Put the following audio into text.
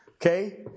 Okay